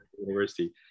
university